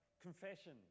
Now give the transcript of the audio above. confession